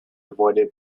avoided